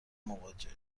مواجه